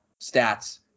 stats